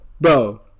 Bro